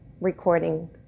recording